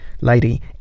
Lady